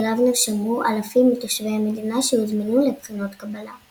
אליו נרשמו אלפים מתושבי המדינה שהוזמנו לבחינות קבלה.